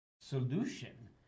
solution